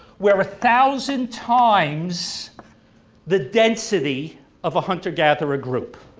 we're a thousand times the density of a hunter-gatherer group,